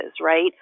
right